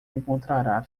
encontrará